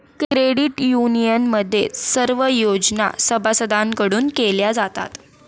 credit युनियनमध्ये सर्व योजना सभासदांकडून केल्या जातात